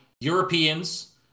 Europeans